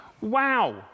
Wow